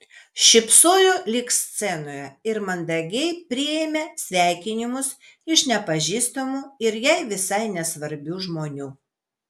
šypsojo lyg scenoje ir mandagiai priėmė sveikinimus iš nepažįstamų ir jai visai nesvarbių žmonių